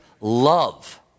love